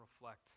reflect